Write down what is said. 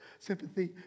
Sympathy